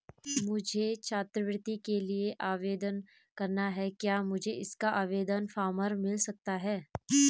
मुझे छात्रवृत्ति के लिए आवेदन करना है क्या मुझे इसका आवेदन फॉर्म मिल सकता है?